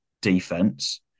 defense